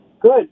Good